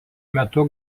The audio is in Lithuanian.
metu